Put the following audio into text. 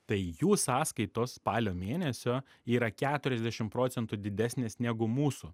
tai jų sąskaitos spalio mėnesio yra keturiasdešim procentų didesnės negu mūsų